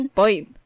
point